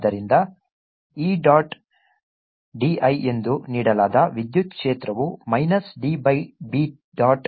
ಆದ್ದರಿಂದ E dot dl ಎಂದು ನೀಡಲಾದ ವಿದ್ಯುತ್ ಕ್ಷೇತ್ರವು minus d by B dot d s ಗೆ ಸಮಾನವಾಗಿರುತ್ತದೆ